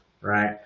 right